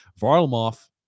Varlamov